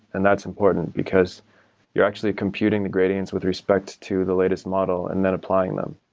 and that's important because you're actually computing the gradients with respect to the latest model and then applying them.